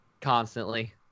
constantly